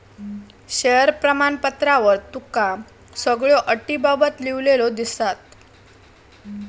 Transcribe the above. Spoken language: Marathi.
शेअर प्रमाणपत्रावर तुका सगळ्यो अटींबाबत लिव्हलेला दिसात